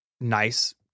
nice